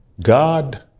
God